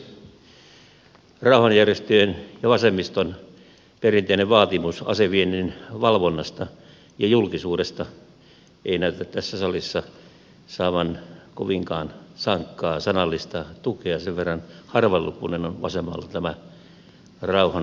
rauhanjärjestöjen ja vasemmiston perinteinen vaatimus aseviennin valvonnasta ja julkisuudesta ei näytä tässä salissa saavan kovinkaan sankkaa sanallista tukea sen verran harvalukuinen on vasemmalla tämä rauhan rintama tänä iltana